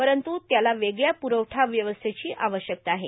परंतु त्याला वेगळ्या प्रवठा व्यवस्थेची आवश्यकता आहे